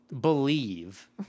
believe